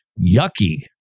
yucky